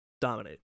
Dominate